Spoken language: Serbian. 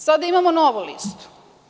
Sada imamo novu listu.